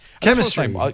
Chemistry